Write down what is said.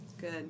Good